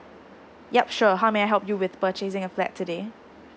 yup sure how may I help you with purchasing a flat today